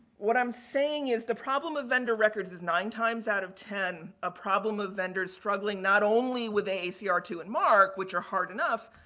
what i'm saying is the problem of vendor records is nine times out of ten a problem of vendors struggling not only with a a c r two and marc which are hard enough,